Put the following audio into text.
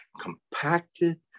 compacted